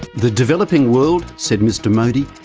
the developing world, said mr modi,